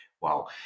wow